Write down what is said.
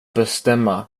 bestämma